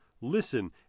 Listen